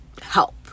help